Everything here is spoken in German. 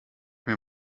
mir